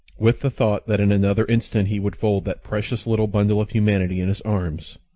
with the thought that in another instant he would fold that precious little bundle of humanity in his arms,